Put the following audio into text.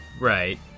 Right